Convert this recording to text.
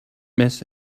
miss